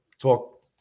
talk